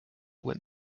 went